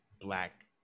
black